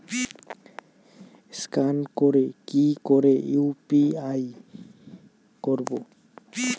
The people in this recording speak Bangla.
স্ক্যান করে কি করে ইউ.পি.আই করবো?